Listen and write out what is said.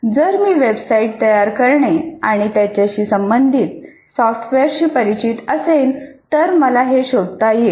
जर मी वेबसाइट तयार करणे आणि त्याच्याशी संबंधित सॉफ्टवेअरशी परिचित असेन तर मला हे शोधता येईल